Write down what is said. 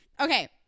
Okay